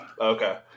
Okay